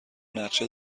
نقشه